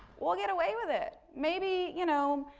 we'll get away with it, maybe, you know,